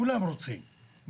כולם רוצים,